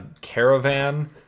caravan